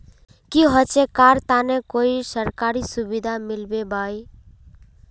की होचे करार तने कोई सरकारी सुविधा मिलबे बाई?